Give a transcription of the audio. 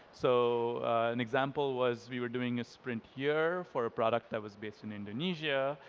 so an example was we were doing a sprint here for a product that was based in indonesia.